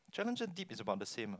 Challenger Deep is about the same